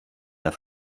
der